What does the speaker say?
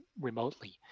remotely